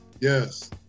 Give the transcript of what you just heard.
Yes